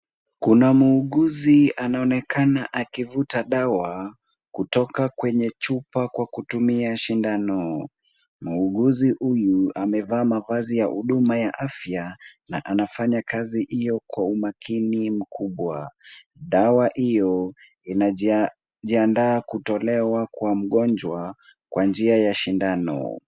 Kuna muuguzi anaonekana akivuta dawa kutoka kwenye chupa kwa kutumia sindano. Muuguzi huyu amevaa mavazi ya huduma ya afya na anafanya kazi hiyo kwa umakini mkubwa. Dawa hiyo inajiandaa kutolewa kwa mgonjwa kwa njia ya sindano.